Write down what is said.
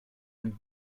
and